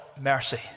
mercy